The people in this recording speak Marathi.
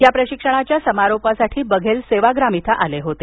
या प्रशिक्षणाच्या समारोपासाठी बघेल सेवाग्रामला आले होते